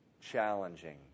challenging